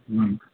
हूँ